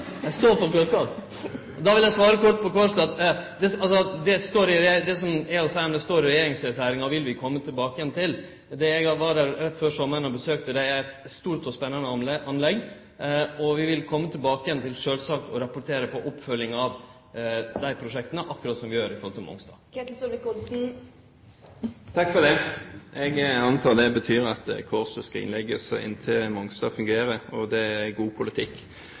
Så når det gjeld Kårstø …. Det står 14 sekundar her, president. Det er ikke samkjøring på klokkene. Eg følte eg fekk litt mykje tid. Eg er einig i det, men eg såg på klokka. Då vil eg svare kort når det gjeld Kårstø. Det som er å seie om det, står i regjeringserklæringa, og det vil vi komme tilbake til. Eg var der på besøk rett før sommaren. Det er eit stort og spennande anlegg, og vi vil sjølvsagt komme tilbake og rapportere om oppfølginga av dei prosjekta – akkurat som vi gjer med Mongstad. Jeg antar det betyr at